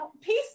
Peace